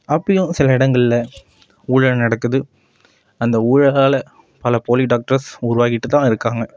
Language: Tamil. அப்பிடியும் சில இடங்களில் ஊழல் நடக்குது அந்த ஊழலால் பல போலி டாக்டர்ஸ் உருவாகிகிட்டுதான் இருக்காங்க